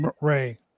Ray